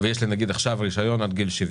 ויש לי עכשיו רישיון עד גיל 70